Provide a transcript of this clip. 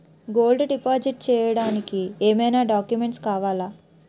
Gold deposit చేయడానికి ఏమైనా documents కావాలా?